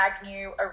Agnew